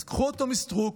אז קחו אותו מסטרוק,